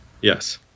Yes